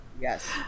Yes